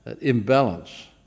imbalance